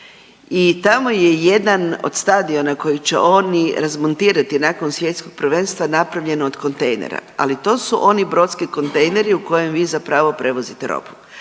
i tamo je jedan od stadiona koji će oni razmontirati nakon Svjetskog prvenstva napravljeno od kontejnera, ali to su oni brodski kontejneri u kojem vi zapravo prevozite robu.